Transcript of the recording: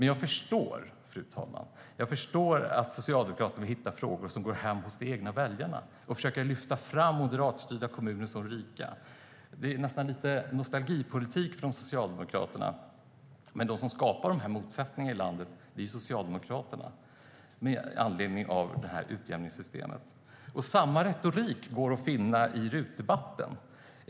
Jag förstår, fru talman, att Socialdemokraterna vill hitta frågor som går hem hos de egna väljarna och försöker lyfta fram moderatstyrda kommuner som rika. Det är nästan lite av nostalgipolitik från Socialdemokraterna, men de som skapar motsättningarna i landet är Socialdemokraterna på grund av utjämningssystemet. Samma retorik går att finna i RUT-debatten.